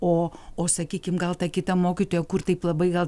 o o sakykim gal ta kita mokytoja kur taip labai gal